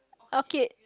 orchid